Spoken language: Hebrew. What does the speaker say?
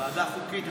ועדה חוקית,